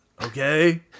Okay